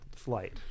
Flight